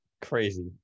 crazy